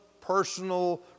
personal